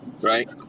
Right